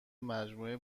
مجموعه